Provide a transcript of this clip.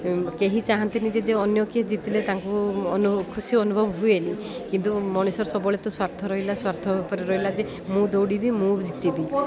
କେହି ଚାହାଁନ୍ତିନି ଯେ ଯେ ଅନ୍ୟ କିଏ ଜିତିଲେ ତାଙ୍କୁ ଅନୁ ଖୁସି ଅନୁଭବ ହୁଏନି କିନ୍ତୁ ମଣିଷର ସବୁବେଳେ ତ ସ୍ଵାର୍ଥ ରହିଲା ସ୍ଵାର୍ଥ ଉପରେ ରହିଲା ଯେ ମୁଁ ଦୌଡ଼ିବି ମୁଁ ଜିତିବି